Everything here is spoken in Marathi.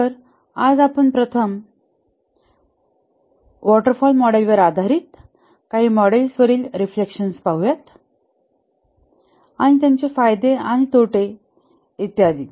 तर आज आपण प्रथम वॉटर फॉल मॉडेलवर आधारीत मॉडेल्स वरील काही रिफ्लेक्शन पाहू आणि त्यांचे फायदे आणि तोटे इत्यादी